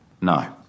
No